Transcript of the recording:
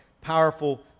powerful